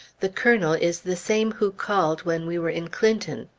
the colonel is the same who called when we were in clinton.